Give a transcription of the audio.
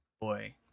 Boy